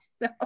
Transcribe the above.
no